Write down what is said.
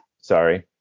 Sorry